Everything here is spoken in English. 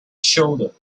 shoulder